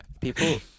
people